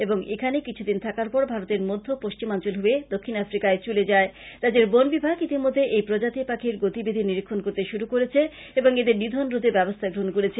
এবং এখানে কিছুদিন থাকার পর ভারতের মধ্য ও পশ্চিমাঞ্চল হয়ে দক্ষিণ আফ্রিকায় চলে যায় রাজ্যের বন বিভাগ ইতিমধ্যে এই প্রজাতি পাখীর গতিবিধি নিরীক্ষণ করতে শুরু করেছে এবং এদের নিধন রোধে ব্যবস্থা গ্রহন করেছে